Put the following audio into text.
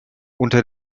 unter